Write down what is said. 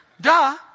Duh